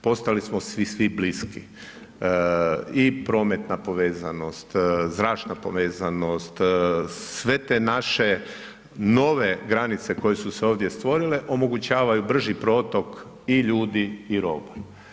Postali smo si svi bliski i prometna povezanost, zračna povezanost, sve te naše nove granice koje su se ovdje stvorile omogućavaju brži protok i ljudi i roba.